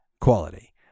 quality